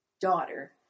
daughter